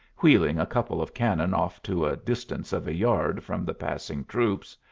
wheeling a couple of cannon off to a distance of a yard from the passing troops.